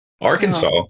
Arkansas